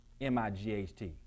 M-I-G-H-T